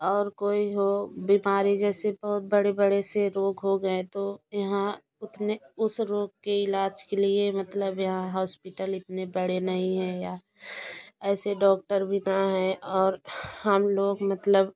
और कोई हो बीमारी जैसी बहुत बड़े बड़े से रोग हो गए तो यहाँ उतने उस रोग के इलाज के लिए मतलब यहाँ हॉस्पिटल इतने बड़े नहीं है या ऐसे डॉक्टर भी ना है और हम लोग मतलब